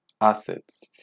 assets